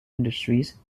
industries